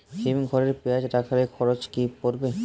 হিম ঘরে পেঁয়াজ রাখলে খরচ কি পড়বে?